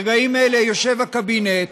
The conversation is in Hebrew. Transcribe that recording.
ברגעים אלה יושב הקבינט